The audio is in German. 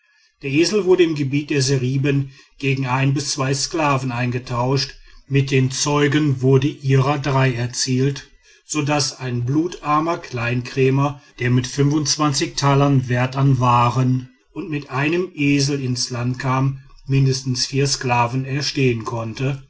der esel wurde im gebiet der seriben gegen ein bis zwei sklaven eingetauscht mit den zeugen wurden ihrer drei erzielt so daß ein blutarmer kleinkrämer der mit talern wert an waren und mit einem esel ins land kam mindestens vier sklaven erstehen konnte